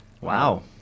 Wow